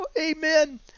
Amen